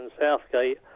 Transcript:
Southgate